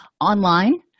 online